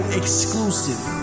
exclusive